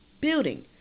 building